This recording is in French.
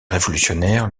révolutionnaires